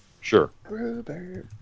Sure